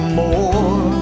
more